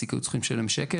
והמעסיק לא היו צרכים לשלם שקל.